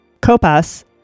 Copas